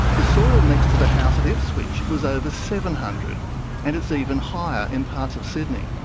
the soil next to the house at ipswich was over seven hundred and it's even higher in parts of sydney.